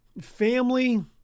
family